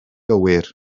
gywir